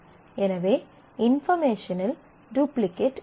எனவே இன்பார்மேஷனில் டுப்ளிகேட் இருக்கும்